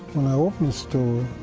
when i opened the store,